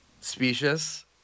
specious